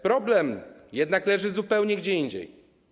Problem jednak leży zupełnie gdzie indziej.